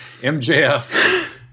MJF